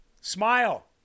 Smile